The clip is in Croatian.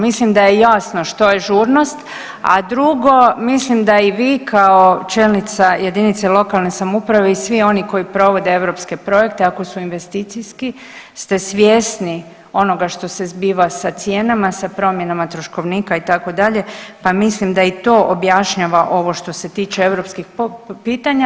Mislim da je jasno što je žurnost, a drugo, mislim da i vi kao čelnica jedinice lokalne samouprave i svi oni koji provode europske projekte, ako su investicijski, ste svjesni onoga što se zbiva sa cijenama, sa promjenama troškovnika, itd., pa mislim da i to objašnjava ovo što se tiče europskih pitanja.